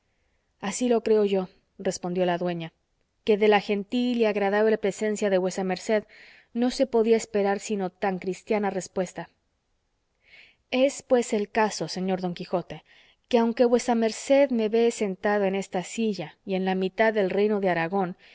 así lo creo yo respondió la dueña que de la gentil y agradable presencia de vuesa merced no se podía esperar sino tan cristiana respuesta es pues el caso señor don quijote que aunque vuesa merced me vee sentada en esta silla y en la mitad del reino de aragón